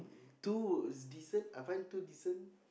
too decent I find too decent